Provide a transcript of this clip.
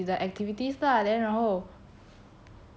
他有做他自己的 activities lah then 然后